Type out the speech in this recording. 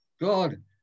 God